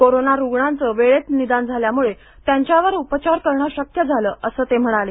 corona रुग्णांचं वेळेत निदान झाल्यामुळे त्यांच्यावर उपचार करणं शक्य झालं असं ते म्हणाले